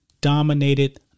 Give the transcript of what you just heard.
dominated